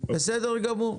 בסדר גמור.